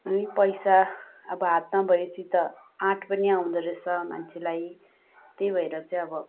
अलि पैसा अब हातमा भएपछि त आँट पनि आउँदो रहेछ मान्छेलाई त्यही भएर चाहिँ अब